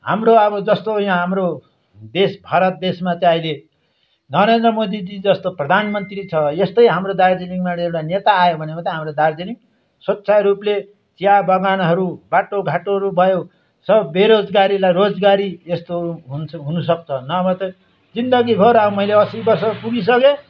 हाम्रो अब जस्तो यहाँ हाम्रो देश भारत देशमा चाहिँ अहिले नरेन्द्र मोदीजी जस्तो प्रधान मन्त्री छ यस्तै हाम्रो दार्जिलिङमा एउटा नेता आयो भने मात्रै हाम्रो दार्जिलिङ स्वच्छ रूपले चिया बगानहरू बाटो घाटोहरू भयो सब बेरोजगारीलाई रोजगारी यस्तो हुन्छ हुन सक्छ नभए त जिन्दगी भर अब मैले असी वर्ष पुगिसकेँ